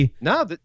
No